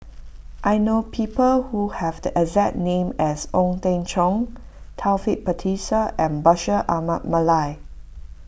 I know people who have the exact name as Ong Teng Cheong Taufik Batisah and Bashir Ahmad Mallal